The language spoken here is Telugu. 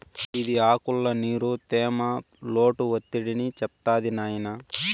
ఇది ఆకుల్ల నీరు, తేమ, లోటు ఒత్తిడిని చెప్తాది నాయినా